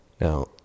Now